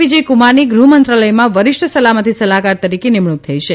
વિજયકુમારની ગૃહમંત્રાલયમાં વરિષ્ઠ સલામતિ સલાહકાર તરીકે નિમણૂક થઈ છે